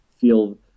feel